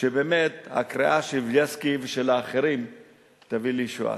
שבאמת הקריאה של בילסקי ושל האחרים תביא לישועה.